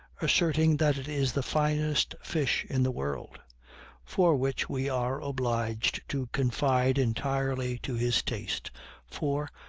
asserting that it is the finest fish in the world for which we are obliged to confide entirely to his taste for,